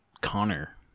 Connor